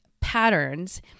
patterns